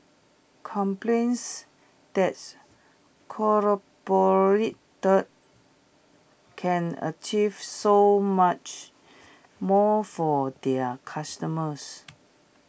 companies that collaborate can achieve so much more for their customers